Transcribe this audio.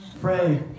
pray